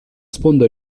sponda